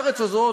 הארץ הזאת,